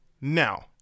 now